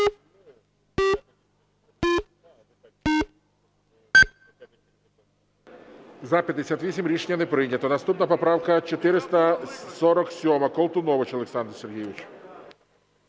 За-58 Рішення не прийнято. Наступна поправка 447. Колтунович Олександр Сергійович.